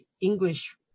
English